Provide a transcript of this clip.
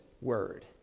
Word